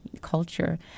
culture